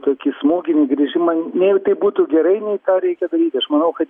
tokį smūginį grįžimą nei tai būtų gerai nei ką reikia daryti aš manau kad